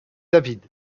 david